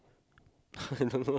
I don't know lah